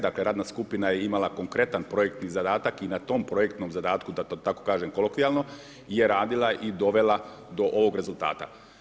Dakle, radna skupina je imala konkretan projektni zadatak i na tom projektnom zadatku da tako kažem kolokvijalno je radila i dovela do ovog rezultata.